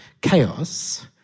chaos